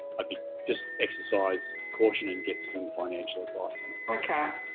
i'd be just exercise caution and get some financial advice okay